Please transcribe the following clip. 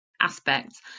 aspects